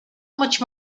much